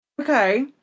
Okay